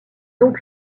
donc